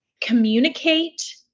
communicate